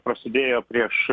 prasidėjo prieš